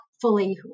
fully